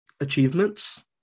achievements